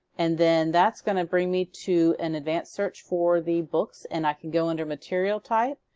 and then that's going to bring me to an advanced search for the books. and i can go under material type,